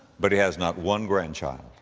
but he has not one grandchild.